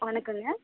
வணக்கம்ங்க